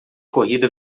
corrida